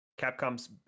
capcom's